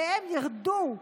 שהם ירדו,